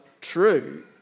true